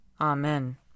Amen